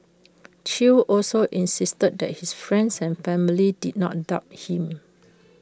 chew also insisted that his friends and family did not doubt him